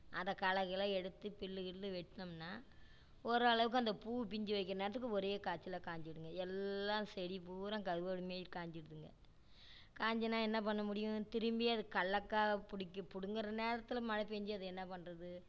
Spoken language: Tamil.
அதை களை கிளை எடுத்து புல்லு கில்லு வெட்டினம்னா ஒரு அளவுக்கு அந்த பூ பிஞ்சு வைக்கிற நேரத்துக்கு ஒரே காய்ச்சலா காஞ்சுடுங்க எல்லாம் செடி பூரா கருவாடு மாரி காஞ்சுடுதுங்க காஞ்சுதுனா என்ன பண்ண முடியும் திரும்பி அதை கடலக்கா பிடிக்கி பிடுங்குற நேரத்தில் மழை பெஞ்சு அது என்ன பண்ணுறது